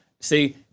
See